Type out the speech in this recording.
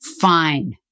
fine